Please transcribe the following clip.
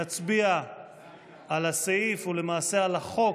כעת נצביע על הסעיף, ולמעשה על החוק,